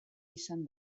izan